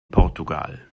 portugal